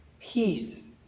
peace